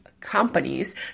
companies